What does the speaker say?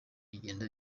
bigenda